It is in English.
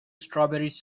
strawberries